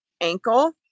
ankle